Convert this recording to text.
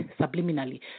subliminally